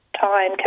time